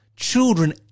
Children